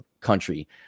country